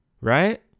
Right